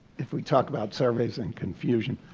if we talk about surveys and confusion